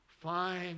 fine